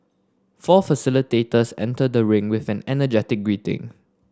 four facilitators enter the ring with an energetic greeting